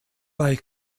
bei